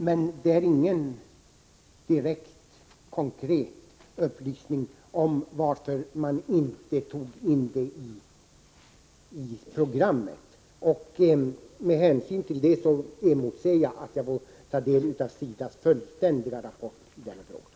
Men det är ingen direkt konkret upplysning om varför man inte tog in tillverkning av svenska nödbostäder för export till u-länder i programmet. Med hänsyn till det emotser jag att få del av SIDA:s fullständiga rapport i frågan.